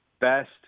best